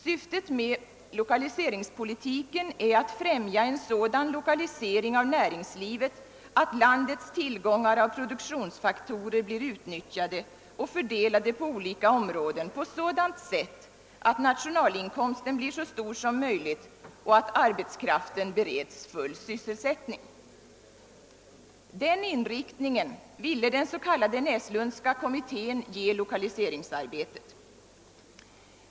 »Syftet med lokaliseringspolitiken är att främja en sådan lokalisering av näringslivet att landets tillgångar av produktionsfaktorer blir utnyttjade och fördelas mellan olika områden på sådant sätt, att nationalinkomsten blir så stor som möjligt och att arbetskraften bereds full sysselsättning.« Den inriktningen ville den Näslundska kommittén ge lokaliseringsarbetet.